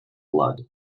blood